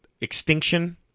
extinction